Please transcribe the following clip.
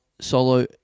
Solo